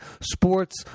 sports